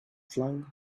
flung